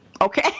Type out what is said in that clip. Okay